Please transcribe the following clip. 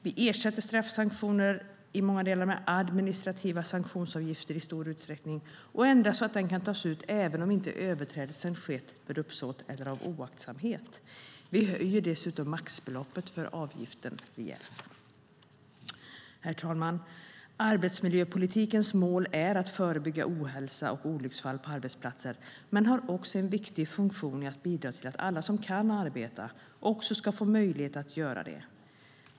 Vi ersätter straffsanktioner med administrativa sanktionsavgifter i stor utsträckning och ändrar så att den kan tas ut även om inte överträdelsen skett med uppsåt eller av oaktsamhet. Vi höjer dessutom maxbeloppet för avgiften rejält. Herr talman! Arbetsmiljöpolitikens mål är att förebygga ohälsa och olycksfall på arbetsplatser men har också en viktig funktion att bidra till att alla som kan arbeta ska få möjlighet att göra det.